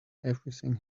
everything